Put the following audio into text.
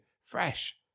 fresh